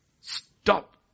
Stop